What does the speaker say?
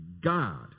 God